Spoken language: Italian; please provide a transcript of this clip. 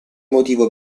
motivo